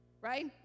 Right